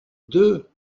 deux